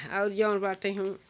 और जो बाते हैं